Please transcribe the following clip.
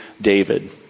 David